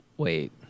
Wait